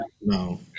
No